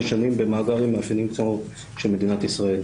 שנים במאגר עם מאפיינים כמו של מדינת ישראל.